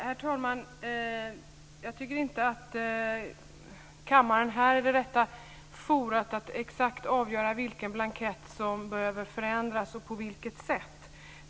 Herr talman! Jag tycker inte kammaren är det rätta forumet att exakt avgöra vilken blankett som behöver förändras och på vilket sätt.